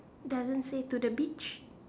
doesn't say to the beach